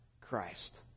Christ